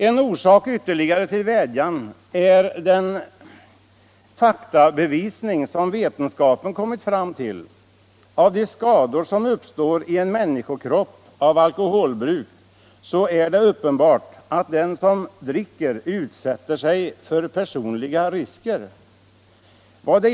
En ytterligare orsak till min vädjan är de resultat som vetenskapen kommit fram till. Av de skador som uppstår i en människokropp genom alkoholbruk är det uppenbart att den som dricker utsätter sig för personliga risker.